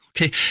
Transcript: Okay